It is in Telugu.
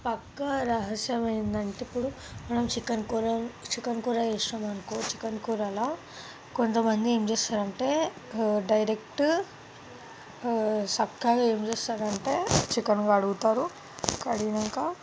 పక్కా రహస్యం ఏంటంటే ఇప్పుడు మనం చికెన్ కూర చికెన్ కూర చేసామనుకో చికెన్ కూరలా కొంత మంది ఏం చేస్తారు అంటే డైరక్ట్ చక్కగా ఏం చేస్తారు అంటే చికెన్ కడుగుతారు కడిగాక